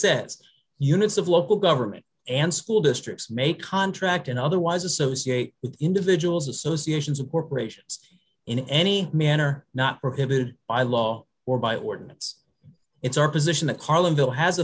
sets units of local government and school districts may contract and otherwise associate with individuals associations of corporations in any manner not prohibited by law or by ordinance it's our position the carlinville has